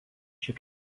šiek